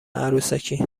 عروسکی